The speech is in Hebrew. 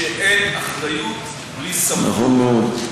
שאין אחריות בלי סמכות, נכון מאוד.